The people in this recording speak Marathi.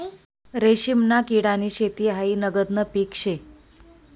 रेशीमना किडानी शेती हायी नगदनं पीक शे